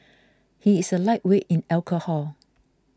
he is a lightweight in alcohol